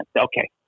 okay